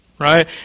Right